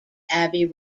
abbey